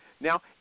Now